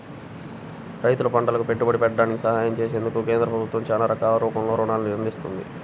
రైతులు పంటలకు పెట్టుబడి పెట్టడానికి సహాయం చేసేందుకు కేంద్ర ప్రభుత్వం చానా రకాల రూపంలో రుణాల్ని అందిత్తంది